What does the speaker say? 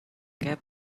cap